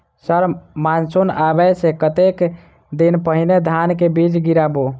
Sir monsoon आबै सऽ कतेक दिन पहिने धान केँ बीज गिराबू?